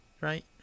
right